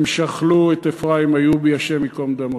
הם שכלו את אפרים איובי, השם ייקום דמו,